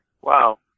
Wow